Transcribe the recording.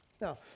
Now